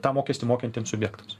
tą mokestį mokantiems subjektams